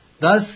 Thus